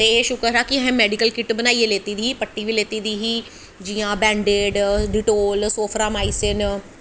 ते शुकर ऐ असें मैडिकल किट बनाइयै लैती दी ही जि'यां बैंडिड डिटोल सोफरा माइस